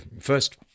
first